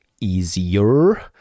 easier